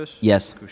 Yes